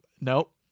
Nope